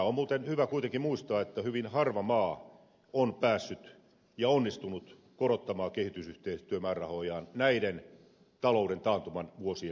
on muuten hyvä kuitenkin muistaa että hyvin harva maa on päässyt ja onnistunut korottamaan kehitysyhteistyömäärärahojaan näiden talouden taantuman vuosien aikana